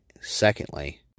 Secondly